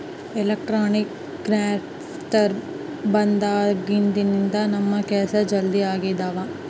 electronic transfer ಬಂದಾಗಿನಿಂದ ನಮ್ ಕೆಲ್ಸ ಜಲ್ದಿ ಆಗ್ತಿದವ